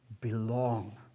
belong